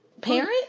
parent